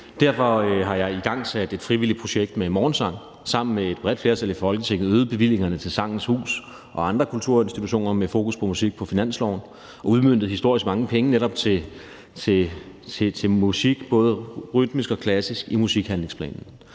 Derfor har jeg igangsat et frivilligt projekt med morgensang sammen med et bredt flertal i Folketinget og øget bevillingerne på finansloven til Sangens Hus og andre kulturinstitutioner med fokus på musik og udmøntet historisk mange penge netop til musik, både rytmisk og klassisk, i musikhandlingsplanen.